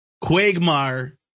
quagmire